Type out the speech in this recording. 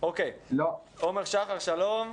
עומר שחר, שלום.